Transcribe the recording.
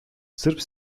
sırp